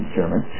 German